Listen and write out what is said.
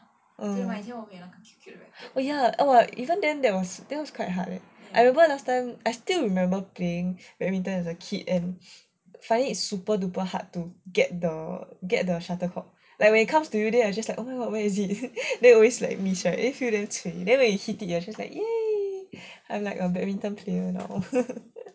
orh oh ya even then that was that was quite hard leh I remember last time I still remember playing badminton as a kid and finding it's super duper hard to get the get the shuttlecock like when it comes to you then I just like oh my god where is it then always like this right then you feel damn cui then when you hit it you are just like !yay! I'm like a badminton player now